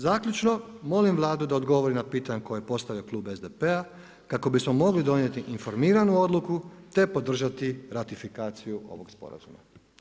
Zaključno, molim Vladu da odgovori na pitanje koje je postavio klub SDP-a kako bismo mogli donijeti informiranu odluku te podržati ratifikaciju ovog sporazuma.